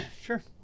Sure